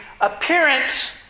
appearance